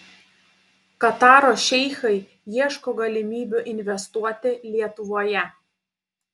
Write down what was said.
kataro šeichai ieško galimybių investuoti lietuvoje